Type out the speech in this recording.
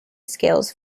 scales